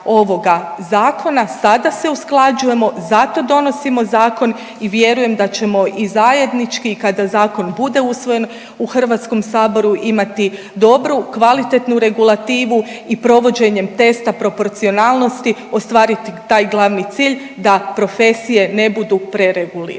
zato donosimo zakon i vjerujem da ćemo i zajednički i kada zakon bude usvojen u Hrvatskom saboru imati dobru, kvalitetnu regulativu i provođenjem testa proporcionalnosti ostvariti taj glavni cilj da profesije ne budu preregulirane.